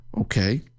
okay